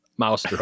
mouse